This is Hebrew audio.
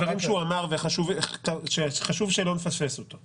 מהדברים שהוא אמר וחשוב שלא נפספס אותו,